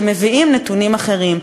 שמביאים נתונים אחרים.